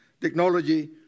technology